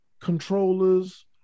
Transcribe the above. controllers